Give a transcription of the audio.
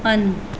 on